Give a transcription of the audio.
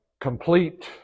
complete